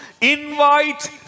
invite